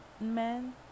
men